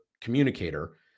communicator